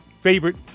favorite